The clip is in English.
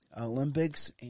Olympics